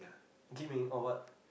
gaming or what